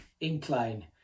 incline